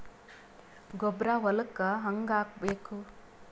ಗೊಬ್ಬರ ಹೊಲಕ್ಕ ಹಂಗ್ ಹಾಕಬೇಕು?